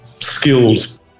skilled